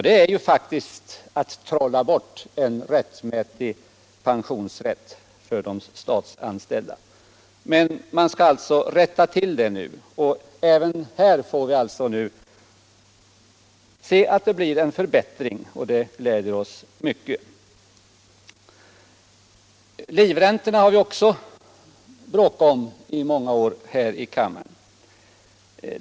Det är faktiskt att trolla bort en rättmätig pension för de statsanställda. Man skall alltså rätta till detta nu. Även här får vi se en förbättring, och det gläder oss mycket. Livräntorna har vi också bråkat om i många år här i kammaren.